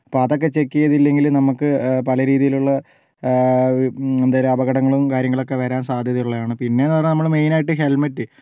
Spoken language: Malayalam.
അപ്പോൾ അതൊക്കെ ചെക്ക് ചെയ്തില്ലെങ്കില് നമുക്ക് പല രീതിയിലുള്ള എന്തേലും അപകടങ്ങളും കാര്യങ്ങളൊക്കെ വരാൻ സാധ്യത ഉള്ളയാണ് പിന്നെന്ന് പറഞ്ഞാൽ നമ്മള് മെയിനായിട്ട് ഹെൽമെറ്റ്